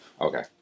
Okay